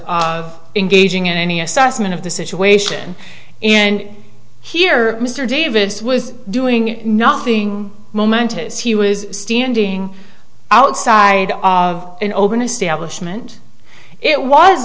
of engaging in any assessment of the situation and here mr davis was doing nothing momentous he was standing outside of an open establishment it was